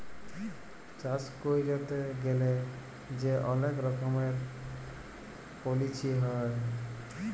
চাষ ক্যইরতে গ্যালে যে অলেক রকমের পলিছি হ্যয়